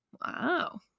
Wow